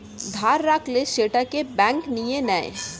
ধার রাখলে সেটা ব্যাঙ্ক নিয়ে নেয়